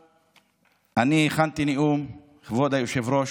אני הכנתי נאום, כבוד היושב-ראש,